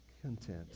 Content